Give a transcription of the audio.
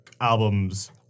albums